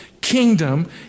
kingdom